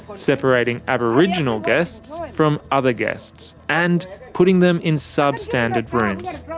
separating aboriginal guests from other guests and putting them in substandard rooms.